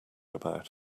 about